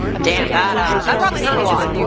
damn that ah that probably hurt a lot.